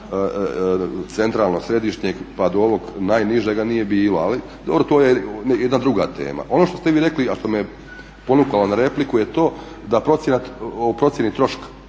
centralnog središnjeg pa do ovog najnižega nije bilo. Ali dobro to je jedna druga tema. Ono što ste vi rekli a što me ponukalo na repliku je to o procjeni troška